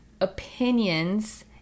opinions